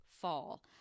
fall